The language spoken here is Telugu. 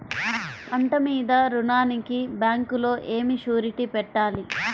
పంట మీద రుణానికి బ్యాంకులో ఏమి షూరిటీ పెట్టాలి?